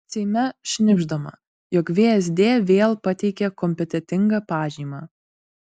seime šnibždama jog vsd vėl pateikė kompetentingą pažymą